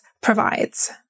provides